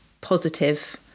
positive